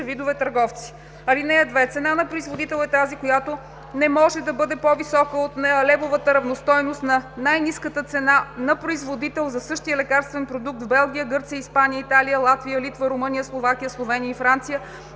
видове търговци. (2) Цена на производител е тази цена, която не може да бъде по-висока от левовата равностойност на най-ниската цена на производител за същия лекарствен продукт в Белгия, Гърция, Испания, Италия, Латвия, Литва, Румъния, Словакия, Словения и Франция,